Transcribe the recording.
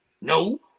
No